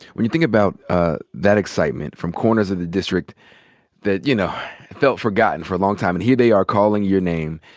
when you think about ah that excitement from corners of the district that, you know, felt forgotten for a long time. and here they are calling your name,